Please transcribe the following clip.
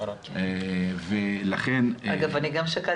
אני חבר